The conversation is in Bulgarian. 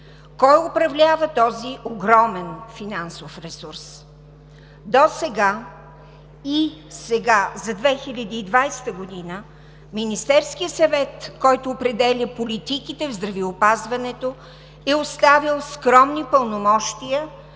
Кой управлява този огромен финансов ресурс? Досега и за 2020 г. Министерският съвет, който определя политиките в здравеопазването, е оставил скромни пълномощия